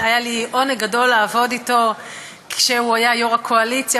היה לי עונג גדול לעבוד אתו כשהוא היה יושב-ראש הקואליציה,